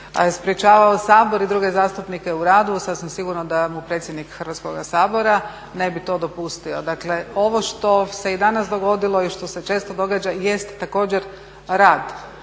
sprječavao Sabor i druge zastupnike u radu sasvim sigurno da mu predsjednik Hrvatskoga sabora ne bi to dopustio. Dakle, ovo što se i danas dogodilo i što se često događa jest također rad